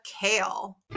kale